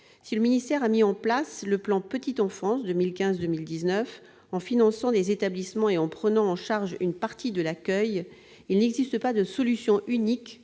Si le ministère a mis en place le plan « petite enfance 2015-2019 », en finançant des établissements et en prenant en charge une partie de l'accueil, il n'existe pas de solution unique